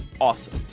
awesome